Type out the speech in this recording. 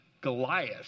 Goliath